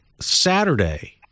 Saturday